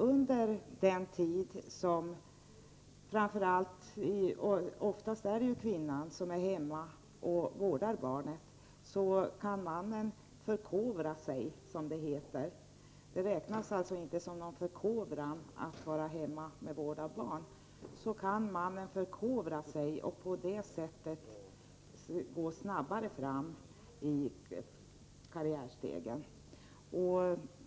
Under den tid som kvinnan — det är oftast kvinnan — är hemma och vårdar barn kan mannen förkovra sig, som det heter, och på det sättet klättra snabbare på karriärstegen. Det räknas alltså inte som någon förkovran att vara hemma och vårda